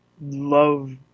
love